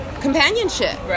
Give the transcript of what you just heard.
companionship